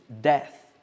death